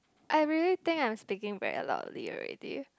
I really think I'm speaking very loudly already